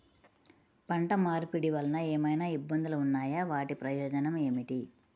పంట మార్పిడి వలన ఏమయినా ఇబ్బందులు ఉన్నాయా వాటి ప్రయోజనం ఏంటి?